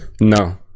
No